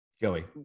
Joey